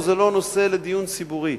או זה לא נושא לדיון ציבורי.